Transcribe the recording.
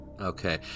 Okay